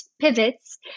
pivots